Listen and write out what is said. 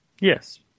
yes